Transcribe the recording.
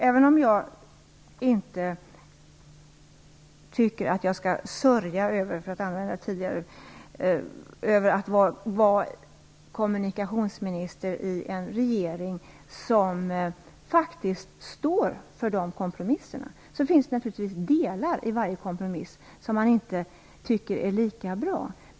Även om jag inte tycker att jag skall sörja över, för att använda tidigare använda ord, att vara kommunikationsminister i en regering som faktiskt står för kompromisserna, finns det naturligtvis delar i varje kompromiss som jag inte tycker är så bra.